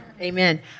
Amen